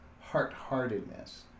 heart-heartedness